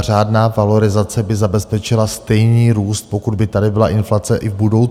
Řádná valorizace by zabezpečila stejný růst, pokud by tady byla inflace i v budoucnu.